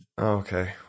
Okay